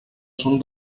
són